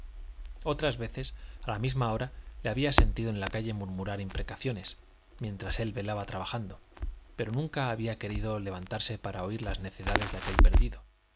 otras veces a la misma hora le había sentido en la calle murmurar imprecaciones mientras él velaba trabajando pero nunca había querido levantarse para oír las necedades de aquel perdido